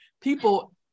People